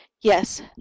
yes